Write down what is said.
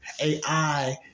AI